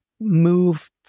move